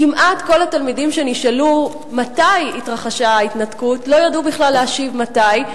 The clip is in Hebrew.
כמעט כל התלמידים שנשאלו מתי התרחשה ההתנתקות לא ידעו בכלל להשיב מתי,